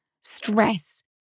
stress